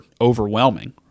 overwhelming